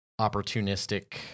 opportunistic